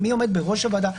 מי עומד בראש הוועדה?